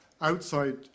Outside